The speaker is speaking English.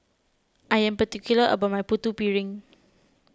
I am particular about my Putu Piring